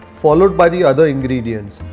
followed by the other ingredients.